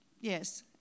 Yes